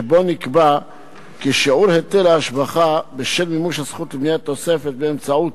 שבו נקבע כי שיעור היטל השבחה בשל מימוש הזכות לבניית תוספת באמצעות